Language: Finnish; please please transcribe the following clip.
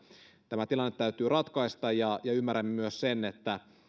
tämä tilanne täytyy ratkaista ja ymmärrämme myös sen että